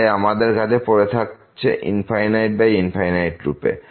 তাই আমাদের কাছে পড়ে থাকছে রূপে